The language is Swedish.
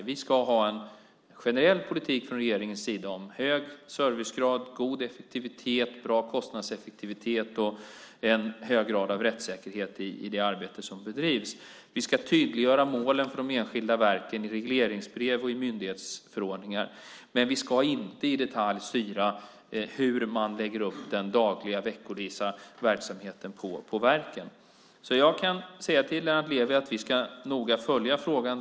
Regeringen ska ha en generell politik om hög servicegrad, god effektivitet, bra kostnadseffektivitet och hög grad av rättssäkerhet i det arbete som bedrivs. Vi ska tydliggöra målen för de enskilda verken i regleringsbrev och i myndighetsförordningar, men vi ska inte i detalj styra hur man lägger upp den dagliga och veckovisa verksamheten på verken. Jag kan säga till Lennart Levi att vi noga ska följa frågan.